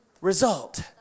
result